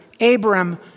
Abram